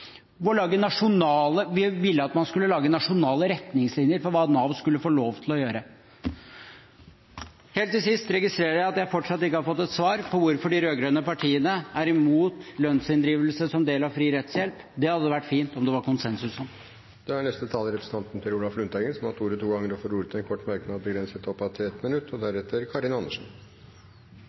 ville at man skulle lage nasjonale retningslinjer for hva Nav skulle få lov til å gjøre. Helt til sist registrerer jeg at jeg fortsatt ikke har fått et svar på hvorfor de rød-grønne partiene er imot lønnsinndrivelse som en del av fri rettshjelp. Det hadde det vært fint om det var konsensus om. Representanten Per Olaf Lundteigen har hatt ordet to ganger tidligere og får ordet til en kort merknad, begrenset til 1 minutt.